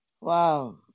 wow